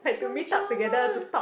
so drama